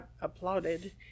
applauded